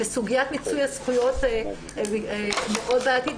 וסוגיית מיצוי הזכויות מאוד בעייתית.